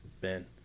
Ben